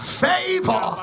favor